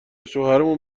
شوهرمون